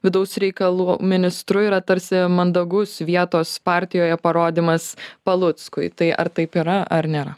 vidaus reikalų ministru yra tarsi mandagus vietos partijoje parodymas paluckui tai ar taip yra ar nėra